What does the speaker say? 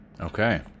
Okay